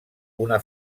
una